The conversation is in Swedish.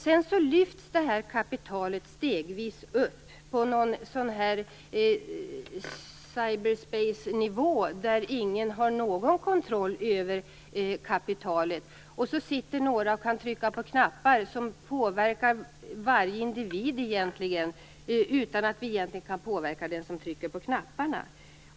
Sedan lyfts det kapitalet stegvis upp till något slags cyberspace-nivå där ingen har någon kontroll över det. Sedan sitter några och kan trycka på knappar som påverkar i stort sett varje individ, utan att vi egentligen kan påverka den som trycker på knapparna.